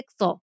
pixel